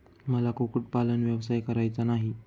मला कुक्कुटपालन व्यवसाय करायचा नाही